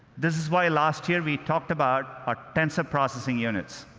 this is why last year we talked about our tensor processing units.